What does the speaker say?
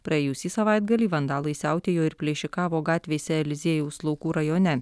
praėjusį savaitgalį vandalai siautėjo ir plėšikavo gatvėse eliziejaus laukų rajone